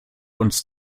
uns